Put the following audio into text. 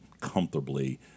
comfortably